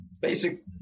basic